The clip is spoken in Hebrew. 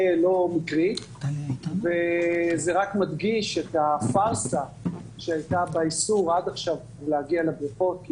לא מקרית וזה רק מדגיש את הפרסה שהייתה באיסור עד עכשיו להגיע לבריכות,